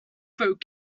throat